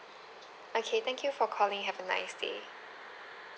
okay thank you for calling have a nice day